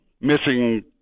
missing